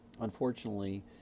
Unfortunately